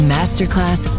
Masterclass